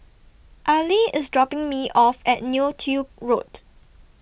Arley IS dropping Me off At Neo Tiew Road